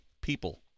people